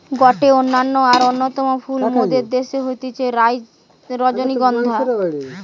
গটে অনন্য আর অন্যতম ফুল মোদের দ্যাশে হতিছে রজনীগন্ধা